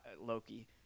Loki